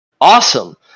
awesome